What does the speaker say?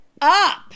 up